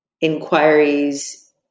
inquiries